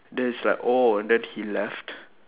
then it's like oh and then he left